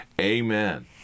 Amen